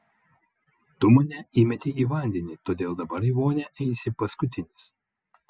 tu mane įmetei į vandenį todėl dabar į vonią eisi paskutinis